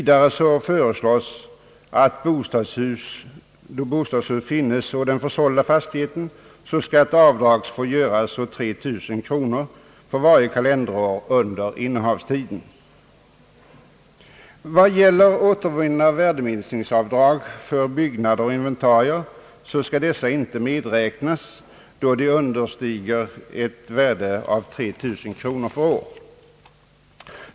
Det föreslås också, att då bostadshus finns på den försålda fastigheten, skall ett avdrag få göras på 3 000 kronor för varje kalenderår under innehavstiden. understiger ett värde av 3 000 kronor för år.